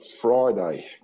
Friday